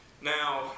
Now